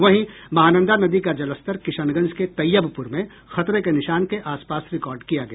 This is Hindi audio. वहीं महानंदा नदी का जलस्तर किशनगंज के तैयबपुर में खतरे के निशान के आसपास रिकार्ड किया गया